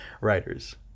Writers